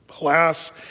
Alas